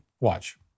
Watch